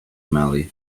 mali